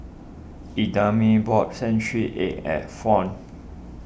Idamae bought Century Egg at Fount